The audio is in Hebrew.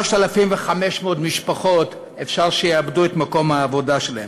3,500 משפחות אפשר שיאבדו את מקום העבודה שלהן.